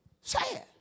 Sad